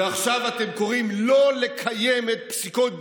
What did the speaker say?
ועכשיו אתם קוראים לא לקיים את פסיקות בג"ץ?